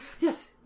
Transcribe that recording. yes